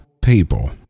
people